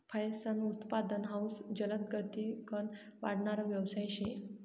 फयेसनं उत्पादन हाउ जलदगतीकन वाढणारा यवसाय शे